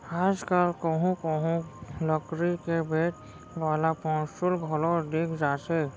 आज कल कोहूँ कोहूँ लकरी के बेंट वाला पौंसुल घलौ दिख जाथे